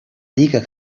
lliga